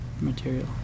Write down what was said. material